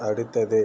அடுத்தது